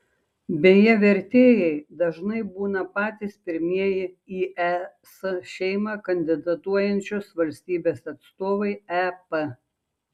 beje vertėjai dažnai būna patys pirmieji į es šeimą kandidatuojančios valstybės atstovai ep